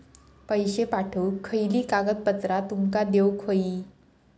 पैशे पाठवुक खयली कागदपत्रा तुमका देऊक व्हयी?